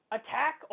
attack